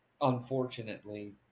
Unfortunately